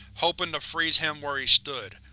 hoping to freeze him where he stood.